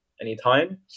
anytime